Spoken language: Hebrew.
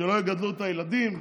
שלא יגדלו את הילדים?